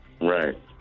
Right